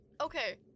Okay